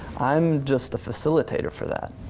i'm just a facilitator for that.